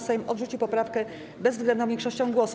Sejm odrzucił poprawkę bezwzględną większością głosów.